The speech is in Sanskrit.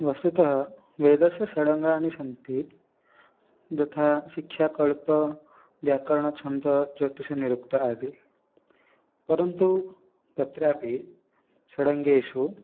वस्तुतः वेदस्य षडङ्गानि सन्ति यथा शिक्षा कल्पः व्याकरणं छन्दः जोतिषं निरुक्तः आदि परन्तु तत्रापि षडङ्गेषु